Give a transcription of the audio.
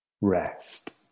rest